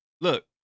look